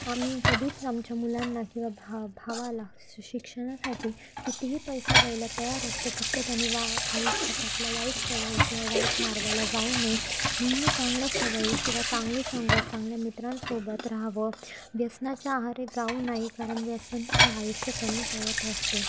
आम्ही कधीच आमच्या मुलांना किंवा भा भावाला शिक्षणासाठी कितीही पैसा द्यायला तयार असतो फक्त त्यानी वा आयुष्यात आपल्या वाईट सवय किंवा वाईट मार्गाला जाऊ नये नेहमी चांगल्या सवयी किंवा चांगली संगत चांगल्या मित्रांसोबत राहावं व्यसनाच्या आहारी जाऊ नाही कारण व्यसन हे आयुष्य कमी करत असतो